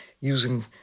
using